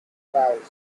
spells